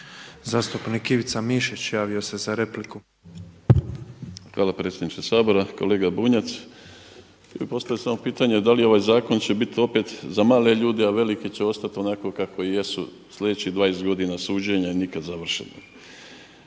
**Mišić, Ivica (Promijenimo Hrvatsku)** Hvala predsjedniče Sabora. Kolega Bunjac. Ja bi postavio samo pitanje, da li će ovaj zakon biti opet za male ljude, a veliki će ostati onako kako jesu sljedećih 20 godina suđenja i nikad završeno.